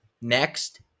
next